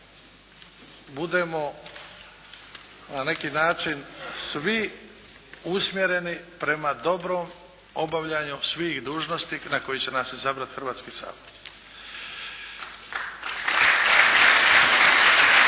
budemo na neki način svi usmjereni prema dobrom obavljanju svih dužnosti na koje će nas izabrati Hrvatski sabor.